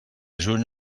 juny